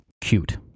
Cute